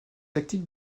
tactique